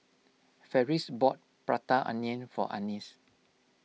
Ferris bought Prata Onion for Annis